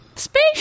Space